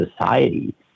society